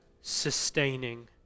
sustaining